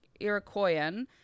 Iroquoian